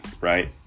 right